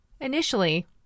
Initially